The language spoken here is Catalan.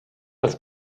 els